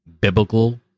biblical